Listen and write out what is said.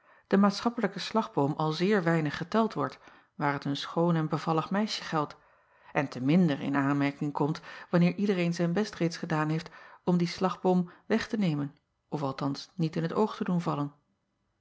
de maatschappelijke slagboom al zeer weinig geteld wordt waar het een schoon en bevallig meisje geldt en te minder in aanmerking komt wanneer iedereen zijn best reeds gedaan heeft om dien slagboom weg te nemen of althans niet in t oog te doen vallen